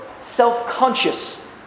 self-conscious